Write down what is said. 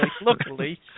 luckily